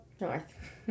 north